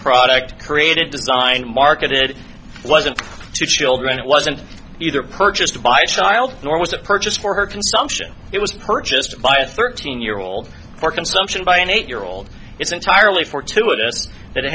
product created designed marketed it wasn't to children it wasn't either purchased by a child nor was it purchased for her consumption it was purchased by a thirteen year old for consumption by an eight year old it's entirely fortuitous that it